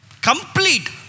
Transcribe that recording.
Complete